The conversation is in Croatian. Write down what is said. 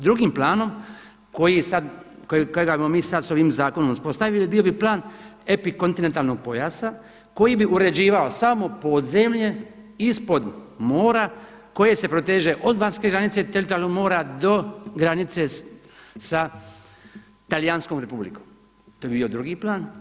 Drugim planom kojeg ćemo mi sad ovim zakonom uspostavili bio bi plan epikontinentalnog pojasa koji bi uređivao samo podzemlje ispod mora koje se proteže od vanjske granice teritorijalnog mora do granice sa Talijanskom Republikom, to bi bio drugi plan.